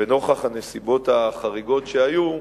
נוכח הנסיבות החריגות שהיו,